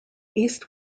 east